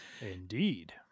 Indeed